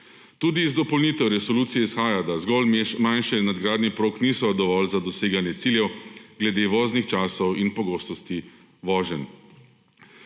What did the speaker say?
Tudi iz dopolnitev resolucije izhaja, da zgolj manjše nadgradnje prog niso dovolj za doseganje ciljev glede voznih časov in pogostosti voženj.